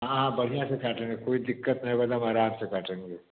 हाँ हाँ बढ़िया से काट देंगे कोई दिक्कत नहीं एक दम आराम से काटेंगे